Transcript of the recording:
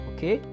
Okay